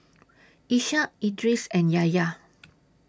Ishak Idris and Yahya